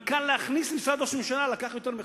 להכניס מנכ"ל למשרד ראש ממשלה לקח יותר מחודש.